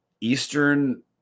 Eastern